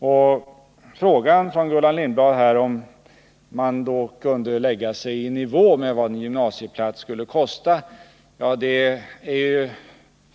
När det gäller Gullan Lindblads fråga, om man ekonomiskt skulle kunna lägga sig i nivå med vad en gymnasieplats kostar, vill jag säga